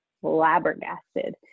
flabbergasted